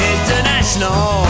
International